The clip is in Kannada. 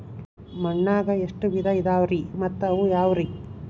ಮಣ್ಣಾಗ ಎಷ್ಟ ವಿಧ ಇದಾವ್ರಿ ಮತ್ತ ಅವು ಯಾವ್ರೇ?